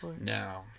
No